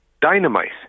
dynamite